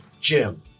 Jim